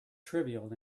trivial